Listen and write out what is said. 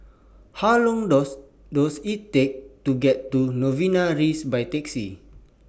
How Long Does Does IT Take to get to Novena Rise By Taxi